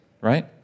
right